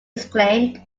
exclaimed